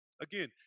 Again